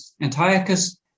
Antiochus